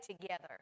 together